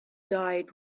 died